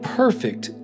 perfect